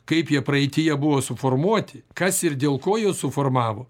kaip jie praeityje buvo suformuoti kas ir dėl ko juos suformavo